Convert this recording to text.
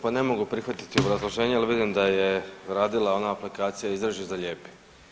Pa ne mogu prihvatiti obrazloženje jel vidim da je radila ona aplikacija izreži-zalijepi.